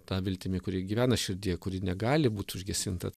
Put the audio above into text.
ta viltimi kuri gyvena širdyje kuri negali būt užgesinta